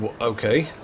okay